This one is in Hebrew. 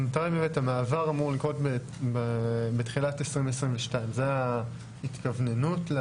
המעבר אמור לקרות בתחילת 2022. זה ההתכווננות.